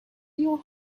your